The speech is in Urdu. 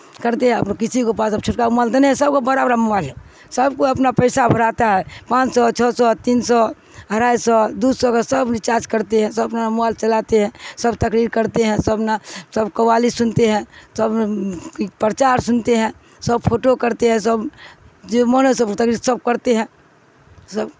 کرتے ہیں اب رو کسی کو پاس اب چھٹکا مبائل دینے ہیں سب کو بڑا بڑا موبائل ہے سب کو اپنا پیسہ بھرواتا ہے پانچ سو چھ سو تین سو ڈھائی سو دو سو کا سب ریچارج کرتے ہیں سب اپنا موائل چلاتے ہیں سب تقریر کرتے ہیں سب نا سب قوالی سنتے ہیں سب پرچار سنتے ہیں سب فوٹو کرتے ہیں سب جو من ہے سب سب کرتے ہیں سب